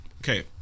Okay